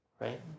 right